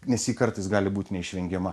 nes ji kartais gali būt neišvengiama